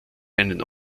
einen